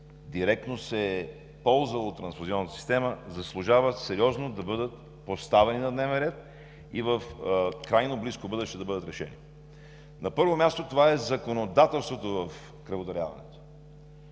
директно се е ползвал от трансфузионната система, заслужават сериозно да бъдат поставени на дневен ред и в крайно близко бъдеще да бъдат решени. На първо място, това е законодателството в кръводаряването.